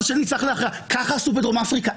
השני צריך להכריע ככה עשו בדרום אפריקה.